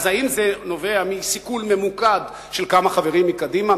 האם זה נובע מסיכול ממוקד של כמה חברים מקדימה,